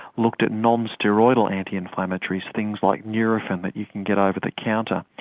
looked at non-steroidal anti-inflammatories, things like nurofen that you can get over the counter,